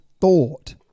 thought